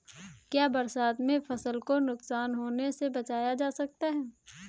क्या बरसात में फसल को नुकसान होने से बचाया जा सकता है?